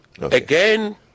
Again